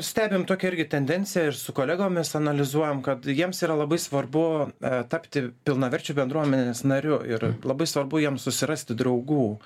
stebim tokią irgi tendenciją ir su kolegomis analizuojam kad jiems yra labai svarbu tapti pilnaverčiu bendruomenės nariu ir labai svarbu jiems susirasti draugų